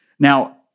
Now